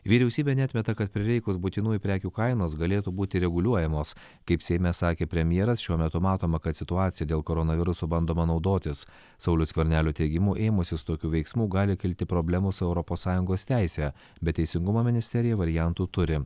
vyriausybė neatmeta kad prireikus būtinųjų prekių kainos galėtų būti reguliuojamos kaip seime sakė premjeras šiuo metu matoma kad situacija dėl koronaviruso bandoma naudotis sauliaus skvernelio teigimu ėmusis tokių veiksmų gali kilti problemos su europos sąjungos teise bet teisingumo ministerija variantų turi